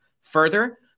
Further